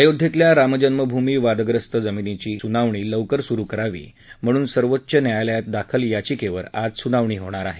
अयोध्येतल्या रामजन्मभूमी वादग्रस्त जमीनीची सुनावणी लवकर सुरु करावी म्हणून सर्वोच्च न्यायालयात दाखल याचिकेवर आज सुनावणी होणार आहे